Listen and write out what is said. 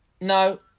no